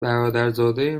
برادرزاده